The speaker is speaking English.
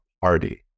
party